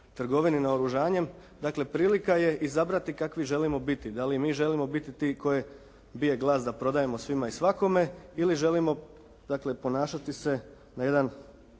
trgovini naoružanjem dakle prilika je izabrati kakvi želimo biti? Da li mi želimo biti ti koje bije glas da prodajemo svima i svakome ili želimo dakle ponašati se na jedan